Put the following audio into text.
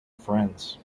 friends